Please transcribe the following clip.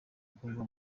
gukorwa